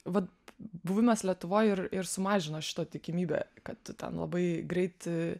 vat buvimas lietuvoj ir ir sumažino šito tikimybę kad ten labai greit